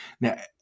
Now